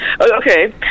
Okay